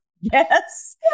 Yes